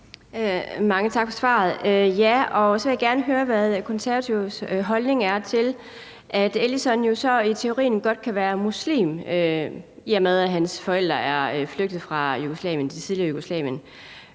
Mange tak for svaret. Ja, så vil jeg gerne høre, hvad De Konservatives holdning er til, at Eldison jo så i teorien godt kan være muslim, i og med at hans forældre er flygtet fra det tidligere Jugoslavien,